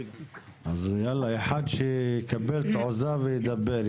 אז קדימה, שאחד יקבל תעוזה וידבר.